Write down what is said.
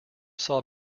saw